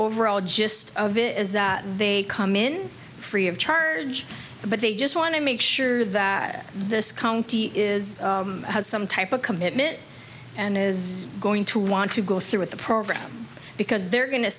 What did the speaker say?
overall gist of it is that they come in free of charge but they just want to make sure that this county is has some type of commitment and is going to want to go through with the program because they're go